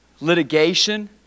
Litigation